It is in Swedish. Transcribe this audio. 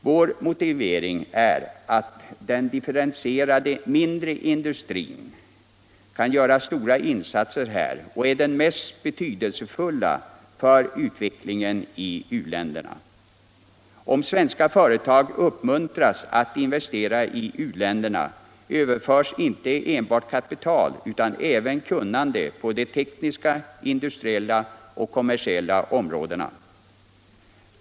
Min motivering är att den differentierade mindre industrin kan göra stora insatser här och är mest betydelsefull för utvecklingen i u-länderna. Om svenska företag uppmuntras att investera i u-länderna överförs inte enbart kapital utan även kunnande på de tekniska, industriella och kommersiella områdena.